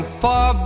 far